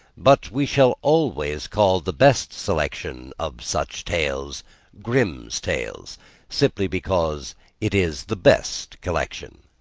but we shall always call the best selection of such tales grimm's tales simply because it is the best collection.